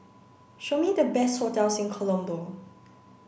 show me the best hotels in Colombo